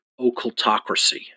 occultocracy